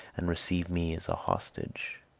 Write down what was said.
and receive me as a hostage.